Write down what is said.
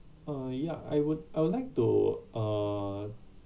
uh yeah I would I would like to uh